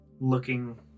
looking